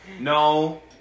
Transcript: No